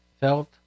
felt